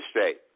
state